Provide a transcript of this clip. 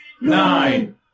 nine